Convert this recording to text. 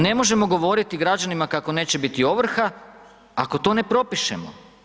Ne možemo govoriti građanima kako neće biti ovrha, ako to ne propišemo.